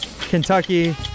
Kentucky